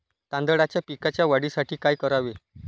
तांदळाच्या पिकाच्या वाढीसाठी काय करावे?